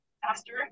faster